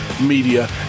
Media